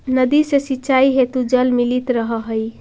नदी से सिंचाई हेतु जल मिलित रहऽ हइ